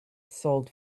sold